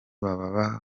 baba